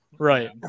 Right